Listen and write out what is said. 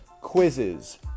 quizzes